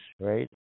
right